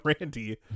Randy